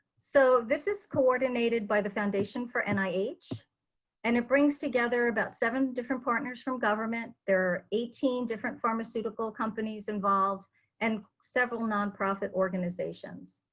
so, this is coordinated by the foundation for and nih, and it brings together about seven different partners from government. there are eighteen different pharmaceutical companies involved and several nonprofit organizations.